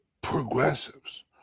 progressives